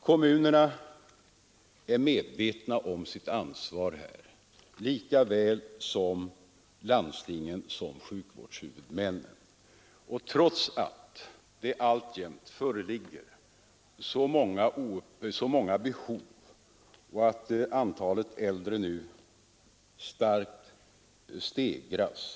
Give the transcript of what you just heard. Kommunerna och landstingen som sjukvårdshuvudmän är medvetna om sitt ansvar i detta avseende.